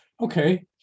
Okay